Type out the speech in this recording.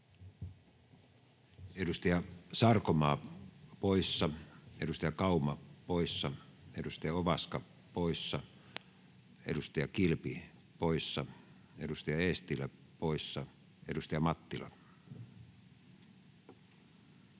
Edustaja Sarkomaa poissa, edustaja Kauma poissa, edustaja Ovaska poissa, edustaja Kilpi poissa, edustaja Eestilä poissa. — Edustaja Mattila.